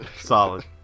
Solid